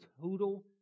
total